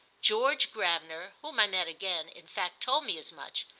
george gravener, whom i met again, in fact told me as much,